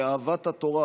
לאהבת התורה